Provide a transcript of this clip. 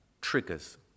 triggers